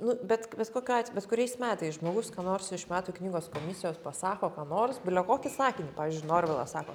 nu bet bes kokiu at bet kuriais metais žmogus ką nors iš metų knygos komisijos pasako ką nors bile kokį sakinį pavyzdžiui norvilas sako